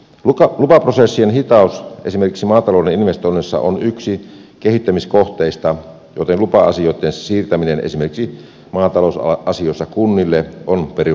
lupaprosessien hitaus esimerkiksi maatalouden investoinneissa on yksi kehittämiskohteista joten lupa asioitten siirtäminen esimerkiksi maatalousasioissa kunnille on perusteltua